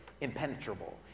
impenetrable